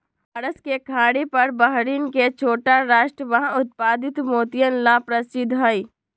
फारस के खाड़ी पर बहरीन के छोटा राष्ट्र वहां उत्पादित मोतियन ला प्रसिद्ध हई